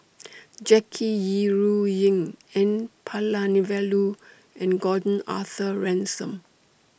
Jackie Yi Ru Ying N Palanivelu and Gordon Arthur Ransome